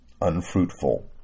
unfruitful